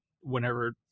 whenever